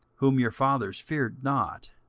whom your fathers feared not.